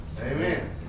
Amen